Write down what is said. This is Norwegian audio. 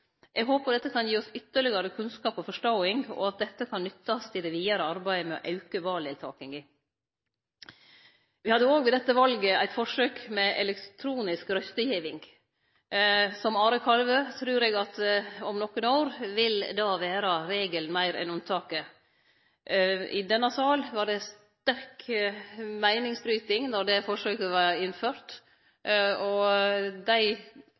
Eg håpar dette kan gi oss ytterlegare kunnskap og forståing, og at dette kan nyttast i det vidare arbeidet med å auke valdeltakinga. Me hadde òg ved dette valet eit forsøk med elektronisk røystegiving. Som Are Kalvø trur eg at om nokre år vil det vere regelen meir enn unntaket. I denne sal var det sterk meiningsbryting då det forsøket vart innført, og